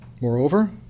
Moreover